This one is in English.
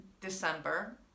December